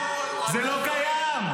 זה לא קיים.